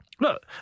look